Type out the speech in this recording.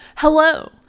Hello